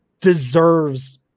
deserves